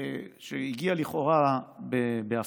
שהגיע לכאורה בהפתעה,